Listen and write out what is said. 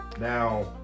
Now